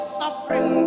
suffering